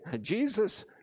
Jesus